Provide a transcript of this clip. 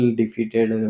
defeated